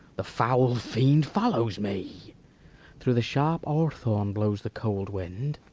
the foul fiend follows me through the sharp hawthorn blows the cold wind